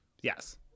Yes